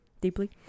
deeply